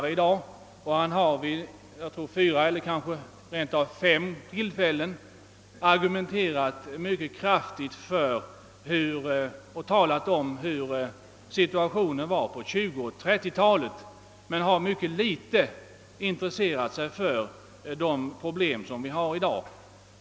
Han har vid fyra eller kanske rent av fem tillfällen argumenterat mycket kraftigt med hänvisning till situationen på 1920 och 1930-talen, men han har mycket litet intresserat sig för de problem vi har i dag.